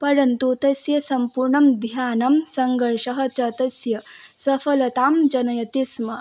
परन्तु तस्य सम्पूर्णं ध्यानं सङ्घर्षः च तस्य सफलतां जनयति स्म